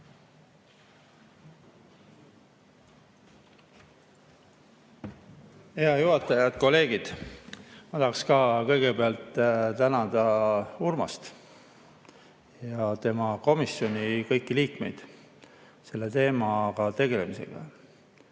Hea juhataja! Head kolleegid! Ma tahan ka kõigepealt tänada Urmast ja tema komisjoni kõiki liikmeid selle teemaga tegelemise